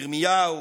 ירמיהו,